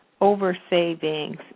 over-savings